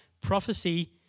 prophecy